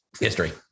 history